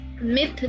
myth